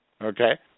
Okay